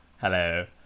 Hello